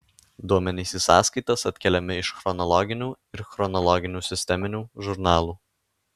duomenys į sąskaitas atkeliami iš chronologinių ir chronologinių sisteminių žurnalų